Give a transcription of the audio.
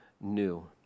new